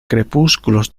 crepúsculos